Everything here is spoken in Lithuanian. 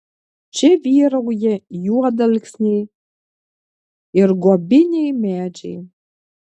čia vyrauja juodalksniai ir guobiniai medžiai